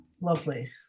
Lovely